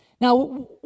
Now